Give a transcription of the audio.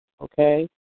okay